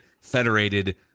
Federated